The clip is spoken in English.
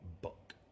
Book